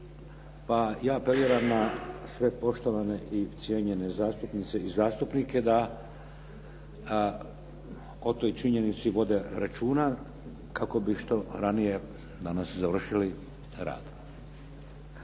ja apeliram na sve poštovane i cijenjene zastupnice i zastupnike da o toj činjenici vode računa kako bi što ranije danas završili rad.